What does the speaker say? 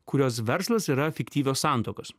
kurios verslas yra fiktyvios santuokos